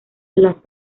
las